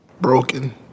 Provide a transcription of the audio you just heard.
broken